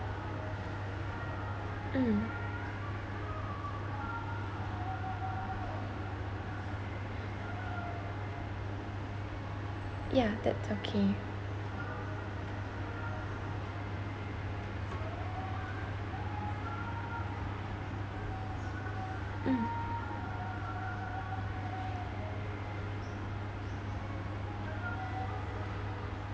mm ya that's okay mm